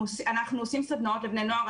אנחנו עושים סדנאות לבני נוער.